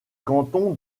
canton